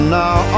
now